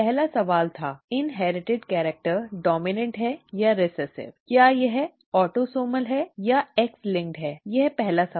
पहला सवाल था इन्हेरिटिड कैरिक्टर डॉम्इनॅन्ट है या रिसेसिव क्या यह ऑटोसोमल या एक्स लिंक्ड है यह पहला सवाल है